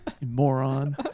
moron